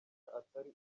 atari